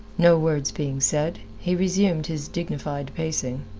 no words being said, he resumed his dignified pacing.